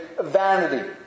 vanity